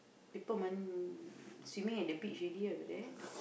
people man~ swimming at the beach already but that